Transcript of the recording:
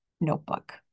notebook